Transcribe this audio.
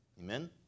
Amen